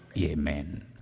Amen